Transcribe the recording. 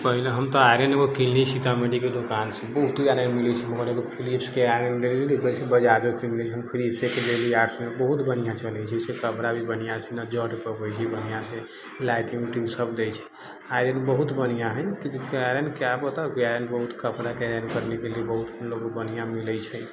पहिले हम तऽ आइरन एकगो किनले छलीह सीतामढ़ीके दोकानसँ बहुते आइरन मिलै छै ओम्हर एकगो फिलिप्सके आइरन लए लेलीह वैसे बजाजोके रहै फिलिप्सेके लै लेलीह आठ सएमे बहुत बढ़िआँ चलै छै जाहिसँ कपड़ा भी बढ़िआँसँ नहि जरि पबै बढ़िआँसँ लाइटिंग वाइटिंग सभ दै छै आइरन बहुत बढ़िआँ है आइरन कपड़ाके आइरन करनेके लिये बहुत बढ़िआँ मिलै छै